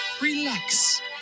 relax